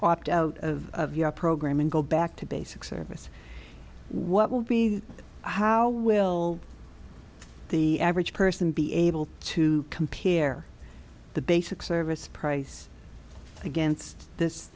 opt out of of your program and go back to basic service what will be the how will the average person be able to compare the basic service price against this